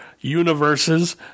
universes